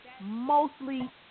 mostly